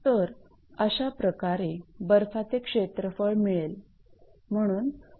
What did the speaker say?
तर अशाप्रकारे बर्फाचे क्षेत्रफळ मिळेल